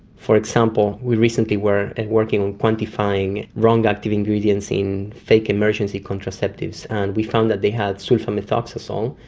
for example, we recently were working on quantifying wrong active ingredients in fake emergency contraceptives, and we found that they had sulfamethoxazole,